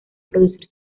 producir